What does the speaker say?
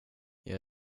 jag